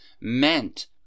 meant